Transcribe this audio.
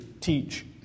teach